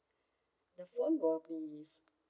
the phone will be